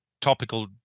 topical